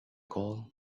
call